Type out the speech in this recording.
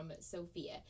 Sophia